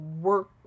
Work